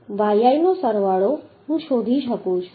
તેથી yi નો સરવાળો હું શોધી શકું છું